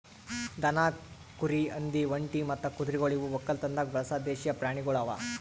ದನ, ಕುರಿ, ಹಂದಿ, ಒಂಟಿ ಮತ್ತ ಕುದುರೆಗೊಳ್ ಇವು ಒಕ್ಕಲತನದಾಗ್ ಬಳಸ ದೇಶೀಯ ಪ್ರಾಣಿಗೊಳ್ ಅವಾ